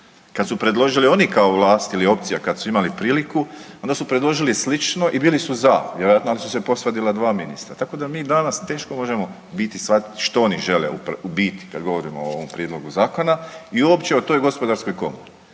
Kad su predložili oni kao vlast ili opcija kad su imali priliku onda su predložili slično i bili su za vjerojatno ali su se posvadila dva ministra. Tako da mi danas teško možemo biti, shvatiti što oni žele u biti kad govorimo o ovom prijedlogu zakona i uopće o toj Gospodarskoj komori.